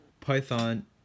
Python